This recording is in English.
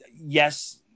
yes